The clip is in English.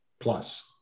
Plus